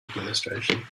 administration